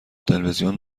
تلویزیون